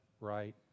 right